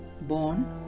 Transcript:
born